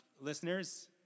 listeners